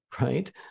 Right